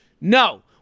no